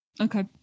Okay